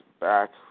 back